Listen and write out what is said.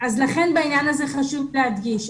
אז לכן בעניין הזה חשוב להדגיש,